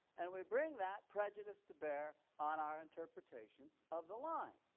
and we bring that prejudice to bear on our interpretation of the line,